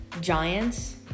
Giants